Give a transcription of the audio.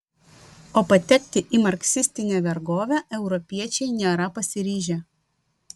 o patekti į marksistinę vergovę europiečiai nėra pasiryžę